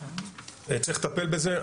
צריך לטפל בזה.